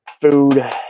food